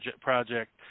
project